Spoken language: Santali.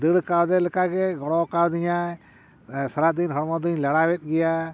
ᱫᱟᱹᱲ ᱠᱟᱣᱫᱮ ᱞᱮᱠᱟᱜᱮ ᱜᱚᱲᱚᱣ ᱠᱟᱣᱫᱤᱧᱟᱭ ᱥᱟᱨᱟᱫᱤᱱ ᱦᱚᱲᱢᱚ ᱫᱚᱧ ᱞᱟᱲᱟᱣᱮᱫ ᱜᱮᱭᱟ